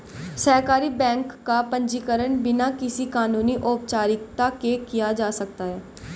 सहकारी बैंक का पंजीकरण बिना किसी कानूनी औपचारिकता के किया जा सकता है